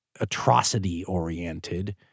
atrocity-oriented